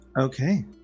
okay